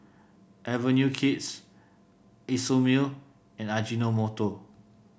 Avenue Kids Isomil and Ajinomoto